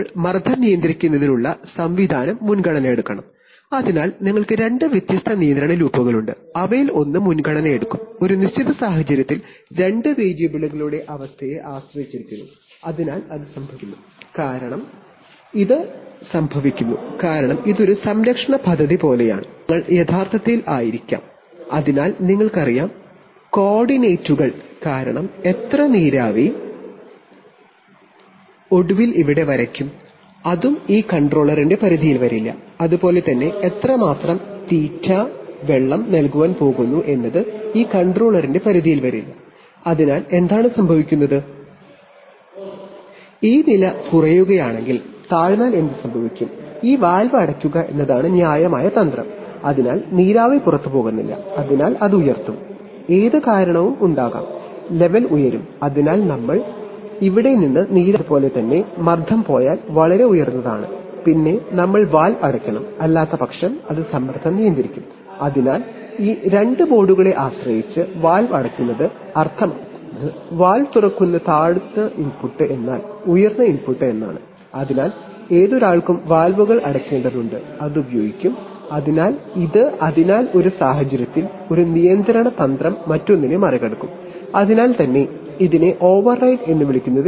അപ്പോൾ മർദ്ദം നിയന്ത്രിക്കുന്നതിനുള്ള സംവിധാനം മുൻഗണന എടുക്കണം അതിനാൽ നിങ്ങൾക്ക് രണ്ട് വ്യത്യസ്ത നിയന്ത്രണ ലൂപ്പുകളുണ്ട് അവയിൽ ഒന്ന് മുൻഗണന എടുക്കും ഒരു നിശ്ചിത സാഹചര്യത്തിൽ രണ്ട് വേരിയബിളുകളുടെ അവസ്ഥയെ ഇത് ആശ്രയിച്ചിരിക്കുന്നു കാരണം ഇത് ഒരു സംരക്ഷണ പദ്ധതി പോലെയാണ് കാരണം നിയന്ത്രണങ്ങൾ യഥാർത്ഥത്തിൽ ആയിരിക്കും അതിനാൽ നിങ്ങൾക്കറിയാം കോർഡിനേറ്റുകൾ കാരണം എത്ര നീരാവി ഒടുവിൽ ഇവിടെ വരും അതും ഈ കൺട്രോളറിന്റെ പരിധിയിൽ വരില്ല അതുപോലെ തന്നെ എത്രമാത്രം വെള്ളം നൽകാൻ പോകുന്നു എന്നത് ഈ കൺട്രോളറിന്റെ പരിധിയിൽ വരില്ല അതിനാൽ എന്താണ് സംഭവിക്കുന്നത് ഈ നില കുറയുകയാണെങ്കിൽ താഴ്ന്നാൽ എന്ത് സംഭവിക്കും ഈ വാൽവ് അടയ്ക്കുക എന്നതാണ് ന്യായമായ തന്ത്രം അതിനാൽ നീരാവി പുറത്തുപോകുന്നില്ല അതിനാൽ ലെവൽ ഉയരും ഇവിടെ നിന്ന് നീരാവി പുറത്തേക്കെടുക്യ്ക്കില്ല അതുപോലെ തന്നെ മർദ്ദം വളരെഉയർന്ന പോയാൽ പിന്നെ നമ്മൾ വാൽവ് അടയ്ക്കണം അല്ലാത്തപക്ഷം അത് സമ്മർദ്ദം നിയന്ത്രിക്കും അതിനാൽ ഈ രണ്ട് മോഡുകളെ ആശ്രയിച്ച് വാൽവ് അടയ്ക്കുന്നത് അർത്ഥമാക്കുന്നത് താഴ്ന്ന ഇൻപുട്ട് വാൽവ് തുറക്കുന്നത് എന്നാൽ ഉയർന്ന ഇൻപുട്ട് എന്നാണ് അതിനാൽ ഏതൊരാൾക്കും വാൽവുകൾ അടയ്ക്കേണ്ടതുണ്ട് എങ്കിൽ അത് ഉപയോഗിക്കും അതിനാൽ ഇത് അതിനാൽ ഒരു സാഹചര്യത്തിൽ ഒരു നിയന്ത്രണ തന്ത്രം മറ്റൊന്നിനെ മറികടക്കും അതിനാൽ തന്നെ ഇതിനെ ഓവർറൈഡ് എന്ന് വിളിക്കുന്നു